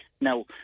Now